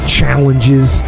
challenges